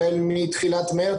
החל מתחילת מרץ,